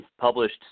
published